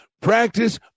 Practice